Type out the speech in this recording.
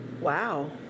Wow